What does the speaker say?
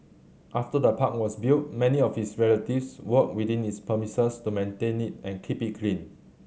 after the park was built many of his relatives worked within its premises to maintain it and keep it clean